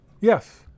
Yes